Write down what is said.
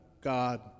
God